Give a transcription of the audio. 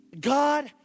God